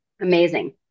amazing